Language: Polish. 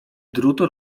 drutu